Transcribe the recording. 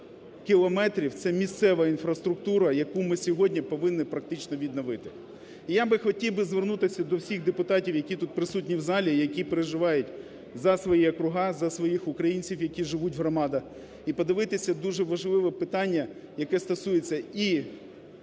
це місцева інфраструктура, яку ми сьогодні повинні практично відновити. І я хотів би звернутися до всіх депутатів, які тут присутні в залі, які переживають за свої округа, за своїх українців, які живуть в громадах. І подивитися дуже важливе питання, яке стосується і